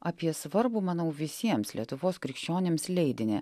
apie svarbų manau visiems lietuvos krikščionims leidinį